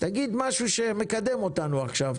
תגיד משהו שמקדם אותנו עכשיו,